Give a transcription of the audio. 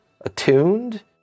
attuned